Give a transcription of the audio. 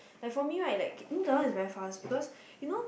like for me right like no that one is very fast because you know